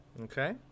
okay